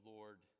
Lord